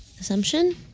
assumption